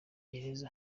gereza